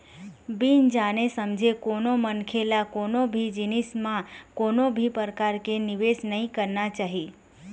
बिन जाने समझे कोनो मनखे ल कोनो भी जिनिस म कोनो भी परकार के निवेस नइ करना चाही